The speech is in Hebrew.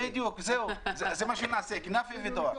בדיוק, זה מה שנעשה, כנאפה ודואר.